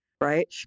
Right